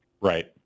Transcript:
Right